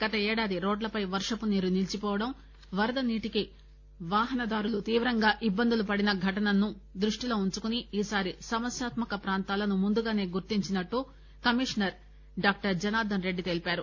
గతేడాది రోడ్లపై వర్షపునీరు నిలీచిపోవడం వరదనీటికి వాహనదారులు తీవ్రంగా ఇబ్బందిపడిన ఘటనలను దృష్టిలో ఉంచుకుని ఈసారి సమస్యాత్మక ప్రాంతాలను ముందుగానే గుర్తించినట్లు కమిషనర్ డాక్టర్ జనార్దస్ రెడ్డి తెలియజేశారు